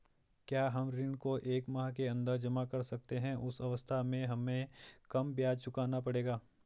क्या हम ऋण को एक माह के अन्दर जमा कर सकते हैं उस अवस्था में हमें कम ब्याज चुकाना पड़ेगा?